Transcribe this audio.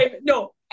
no